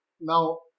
Now